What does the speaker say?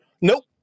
Nope